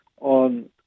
on